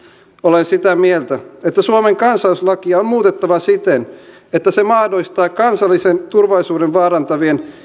olen sitä mieltä että suomen kansalaisuuslakia on muutettava siten että se mahdollistaa kansallisen turvallisuuden vaarantavien